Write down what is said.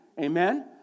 Amen